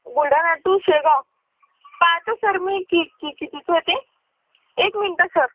Buldhana to Shegaon पाहतो sir मी कि कि कितीचं आहे ते एक मिनिट सर